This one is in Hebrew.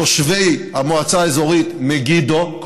תושבי המועצה האזורית מגידו,